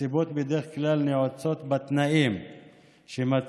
הסיבות נעוצות בדרך כלל בתנאים שמציבות